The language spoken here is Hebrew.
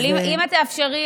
אבל אם את תאפשרי,